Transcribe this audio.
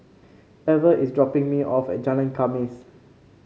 Ever is dropping me off at Jalan Khamis